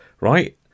right